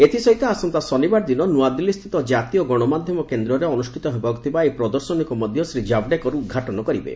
ଏଥିସହିତ ଆସନ୍ତା ଶନିବାର ଦିନ ନୂଆଦିଲ୍ଲୀସ୍ଥିତ ଜାତୀୟ ଗଶମାଧୟମ କେନ୍ଦ୍ରରେ ଅନୁଷ୍ଠିତ ହେବାକୁ ଥିବା ଏହି ପ୍ରଦର୍ଶନୀକୁ ମଧ୍ୟ ଶ୍ରୀ ଜାବଡେକର ଉଦ୍ଘାଟନ କରିବେ